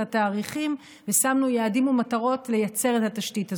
התאריכים ושמנו יעדים ומטרות לייצר את התשתית כזאת.